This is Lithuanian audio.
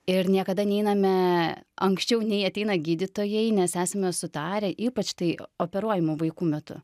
ir niekada neiname anksčiau nei ateina gydytojai nes esame sutarę ypač tai operuojamų vaikų metu